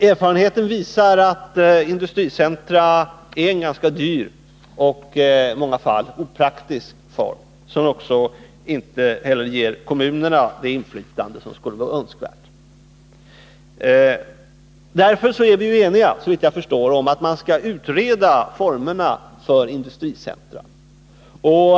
Erfarenheten visar att de drivs i en ganska dyr och i många fall opraktisk form, som inte heller ger kommunerna det inflytande som skulle vara önskvärt. Därför är vi, såvitt jag förstår, eniga om att man skall utreda formerna för industricentra.